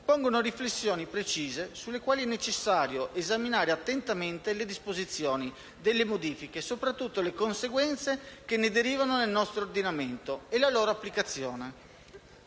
pongono riflessioni precise sulle quali è necessario esaminare attentamente le disposizioni di modifica, soprattutto le conseguenze che ne derivano nel nostro ordinamento e la loro applicazione.